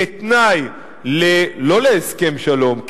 כתנאי לא להסכם שלום,